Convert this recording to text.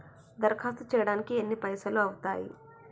దరఖాస్తు చేయడానికి ఎన్ని పైసలు అవుతయీ?